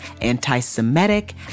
anti-Semitic